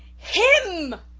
him!